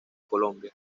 colombia